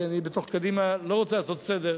כי אני לא מתיימר לעשות סדר